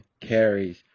Carries